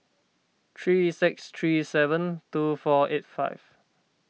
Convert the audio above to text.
three six three seven two four eight five